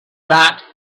that